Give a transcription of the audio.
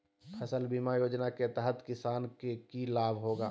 फसल बीमा योजना के तहत किसान के की लाभ होगा?